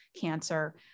cancer